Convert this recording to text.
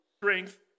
strength